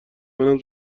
منم